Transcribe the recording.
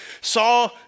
saw